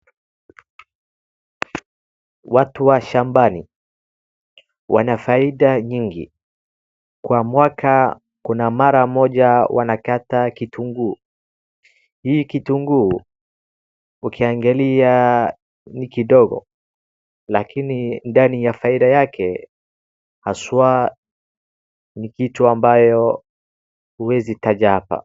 Watu wa shambani wana faida nyingi. Kwa mwaka kuna mara moja wanakata kitunguu. Hii kitunguu ukiangalia ni kidogo lakini ndani ya faida yake haswa ni kitu ambayo huwezi taja hapa.